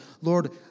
Lord